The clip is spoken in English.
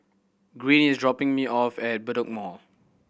Green is dropping me off at Bedok Mall